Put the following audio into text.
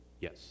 Yes